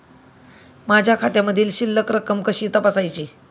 माझ्या खात्यामधील शिल्लक रक्कम कशी तपासायची?